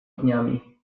dniami